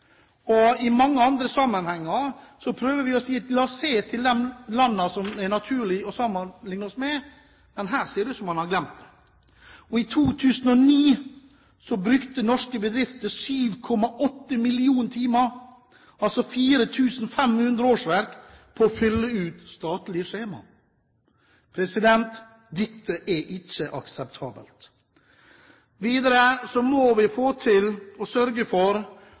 I mange andre sammenhenger prøver vi å si: La oss se til de landene som det er naturlig å sammenligne oss med, men her ser det ut som om man har glemt det. I 2009 brukte norske bedrifter 7,8 millioner timer, altså 4 500 årsverk, på å fylle ut statlige skjema. Dette er ikke akseptabelt. Videre må vi få til å sørge for